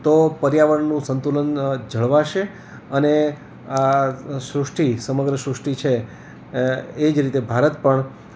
તો પર્યાવરણનું સંતુલન જળવાશે અને આ સૃષ્ટી સમગ્ર સૃષ્ટી છે એ જ રીતે ભારત પણ